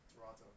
Toronto